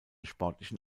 sportlichen